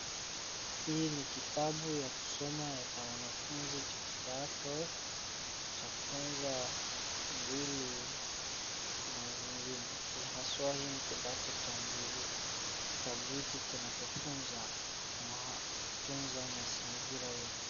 Hii ni kitabu ya kusoma cha wanafunzi cha kidato cha kwanza, mbili na zingine aswa hiki ni kidato cha mbili. Kitabu hiki kinatufunza kutunza mazingira yetu.